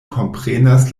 komprenas